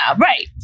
right